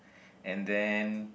and then